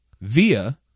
via